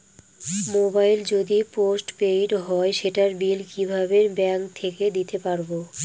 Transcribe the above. Mobile যদি postpaid হয় সেটার বিল কিভাবে ব্যাংক থেকে দিতে পারব?